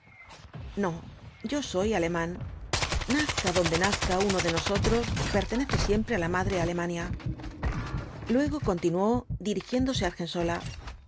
no yo soy alemán nazca donde nazca uno de nosotros pertenece siempre á la madre alemania luego continuó dirigiéndose á